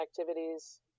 activities